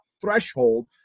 threshold